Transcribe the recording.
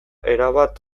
erabat